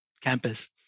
campus